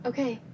Okay